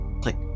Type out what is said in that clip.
click